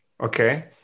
Okay